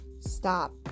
stop